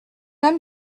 homme